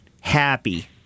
happy